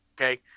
okay